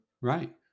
Right